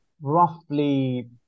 roughly